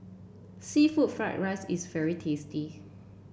seafood Fried Rice is very tasty